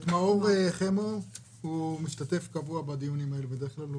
מאור חמו הוא משתתף קבוע בדיונים האלה בדרך כלל,